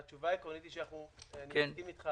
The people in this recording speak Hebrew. התשובה העקרונית היא שאנחנו נסכים איתך